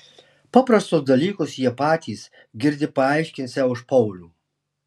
paprastus dalykus jie patys girdi paaiškinsią už paulių